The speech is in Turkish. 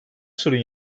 sorun